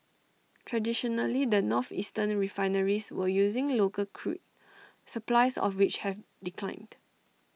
traditionally the northeastern refineries were using local crude supplies of which have declined